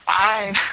Fine